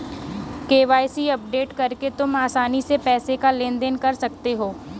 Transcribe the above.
KYC update करके तुम आसानी से पैसों का लेन देन कर सकते हो